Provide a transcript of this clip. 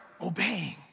obeying